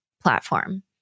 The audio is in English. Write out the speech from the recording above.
platform